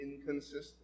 inconsistent